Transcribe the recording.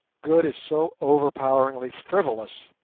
good is so overpoweringly frivolous.